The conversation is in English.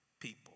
people